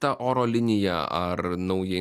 ta oro linija ar nauja